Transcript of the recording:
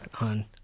on